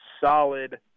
solid